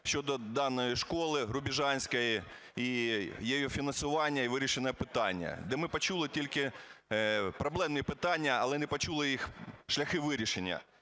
щодо даної школи рубіжанської, і її фінансування і вирішення питання. Де ми почули тільки проблемні питання, але не почули їх шляхи вирішення.